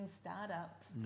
startups